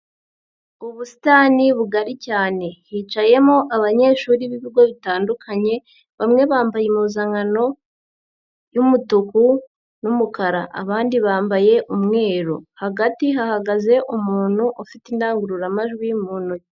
Ubusitani bugari cyane hicayemo abanyeshuri b'ibigo bitandukanye bamwe bambaye impuzankano y'umutuku n'umukara abandi bambaye umweru, hagati hahagaze umuntu ufite indangururamajwi mu ntoki.